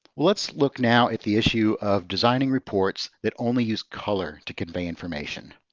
let's look now at the issue of designing reports that only use color to convey information.